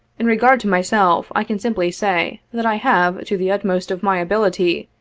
in regard to myself, i can simply say, that i have, to the utmost of my ability,